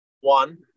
One